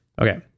Okay